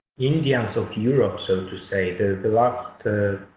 indians of europe so to say the last